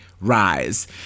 rise